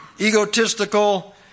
egotistical